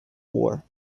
war